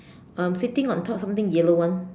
um sitting on top something yellow one